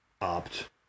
opt